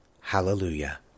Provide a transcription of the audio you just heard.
Hallelujah